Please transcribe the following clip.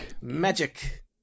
Magic